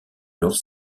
leurs